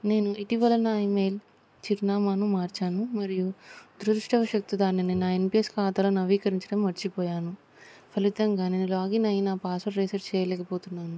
నేను ఇటీవల నా ఈమెయిల్ చిరునామాను మార్చాను మరియు దురదృష్టవశాత్తు దాన్ని నా ఎన్ పీ ఎస్ ఖాతా నవీకరించడం మర్చిపోయాను ఫలితంగా నేను లాగిన్ అయి నా పాస్వర్డ్ రిసెట్ చేయలేకపోతున్నాను